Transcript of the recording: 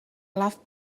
laughed